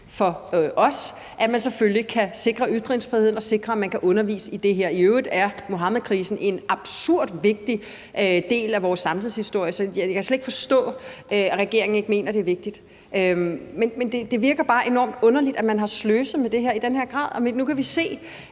– altså at man selvfølgelig kan sikre ytringsfriheden og sikre, at man kan undervise i det her. I øvrigt er Muhammedkrisen en absurd vigtig del af vores samtidshistorie, så jeg kan slet ikke forstå, at regeringen ikke mener, det er vigtigt. Det virker bare enormt underligt, at man har sløset med det her i den her grad. Nu kan vi se,